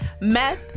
meth